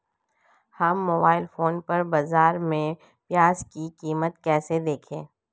हम mobile phone पर बाज़ार में प्याज़ की कीमत कैसे देखें?